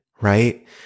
right